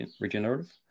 regenerative